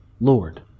Lord